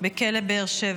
בכלא באר שבע.